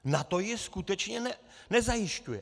NATO ji skutečně nezajišťuje.